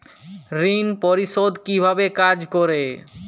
ঋণ পরিশোধ কিভাবে কাজ করে?